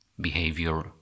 behavior